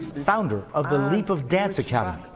founder of the leap of dance academy.